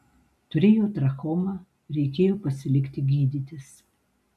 turėjo trachomą reikėjo pasilikti gydytis